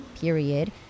period